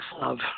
love